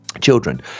children